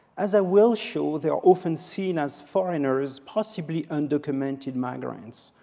as i will show, they are often seen as foreigners, possibly undocumented migrants.